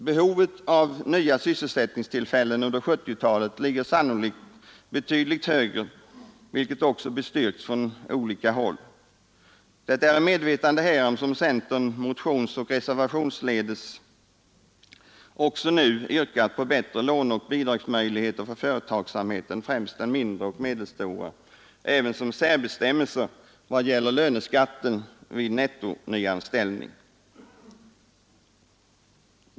Behovet av nya sysselsättningstillfällen under 1970 talet ligger sannolikt betydligt högre, vilket också bestyrkts från olika håll. Det är i medvetande härom som centern motionsoch reservationsledes också nu yrkat på bättre låneoch bidragsmöjligheter för företagsamheten främst den mindre och medelstora — ävensom särbestämmelser i vad gäller löneskatten vid nettonyanställning.